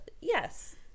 yes